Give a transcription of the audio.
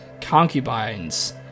concubines